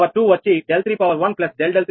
𝛿3 వచ్చి 𝛿3∆𝛿3 అది − 3